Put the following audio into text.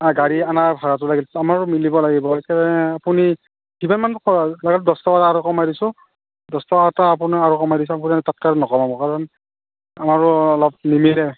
গাড়ী অনা ভাড়াটো লাগিল আমাৰ মিলিব লাগিব সেইকাৰণে আপুনি কিমানমান দহ টকা এটা আৰু কমাই দিছোঁ দহ টকা এটা আপোনাৰ আৰু কমাই দিছোঁ আপুনি তাতকৈ আৰু নকমাব কাৰণ আমাৰো অলপ নিমিলে